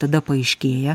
tada paaiškėja